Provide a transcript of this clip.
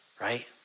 right